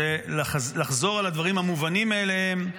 זה לחזור על הדברים המובנים מאליהם: